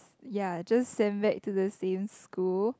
ya just send back to the same school